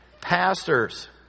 Pastors